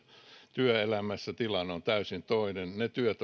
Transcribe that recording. työelämässä tilanne on täysin toinen ne työt